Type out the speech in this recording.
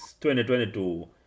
2022